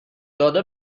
داده